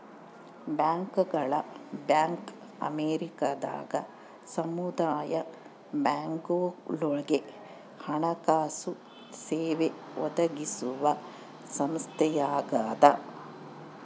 ಬ್ಯಾಂಕರ್ಗಳ ಬ್ಯಾಂಕ್ ಅಮೇರಿಕದಾಗ ಸಮುದಾಯ ಬ್ಯಾಂಕ್ಗಳುಗೆ ಹಣಕಾಸು ಸೇವೆ ಒದಗಿಸುವ ಸಂಸ್ಥೆಯಾಗದ